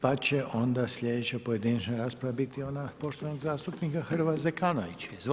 Pa će onda slijedeća pojedinačna rasprava biti ona poštovanog zastupnika Hrvoja Zekanovića, izvolite.